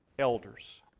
elders